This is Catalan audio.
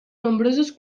nombrosos